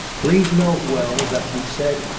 please note well that he said,